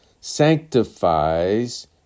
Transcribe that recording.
sanctifies